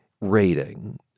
rating